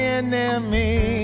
enemy